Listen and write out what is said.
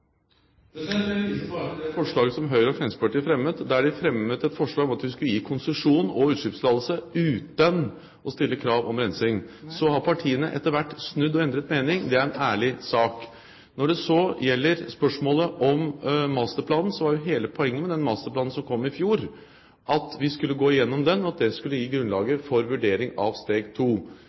Jeg viser bare til det forslaget som Høyre og Fremskrittspartiet fremmet, om at de skulle gi konsesjon og utslippstillatelse uten å stille krav om rensing. Partiene har etter hvert snudd og endret mening. Det er en ærlig sak. Når det så gjelder spørsmålet om masterplanen, var jo hele poenget med den masterplanen som kom i fjor, at vi skulle gå gjennom den, og at det skulle gi grunnlag for